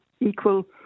equal